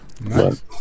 nice